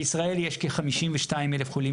בישראל יש כ-52,000 חולים,